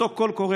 אותו קול קורא